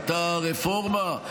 הייתה רפורמה.